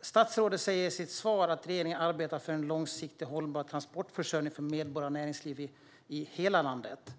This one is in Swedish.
Statsrådet säger i sitt svar att regeringen arbetar för en långsiktigt hållbar transportförsörjning för medborgare och näringsliv i hela landet.